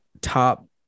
top